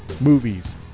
movies